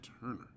Turner